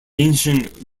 ancient